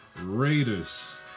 Raiders